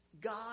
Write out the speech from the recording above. God